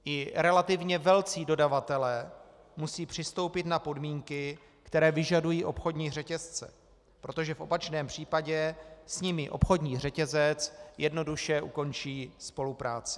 I relativně velcí dodavatelé musí přistoupit na podmínky, které vyžadují obchodní řetězce, protože v opačném případě s nimi obchodní řetězec jednoduše ukončí spolupráci.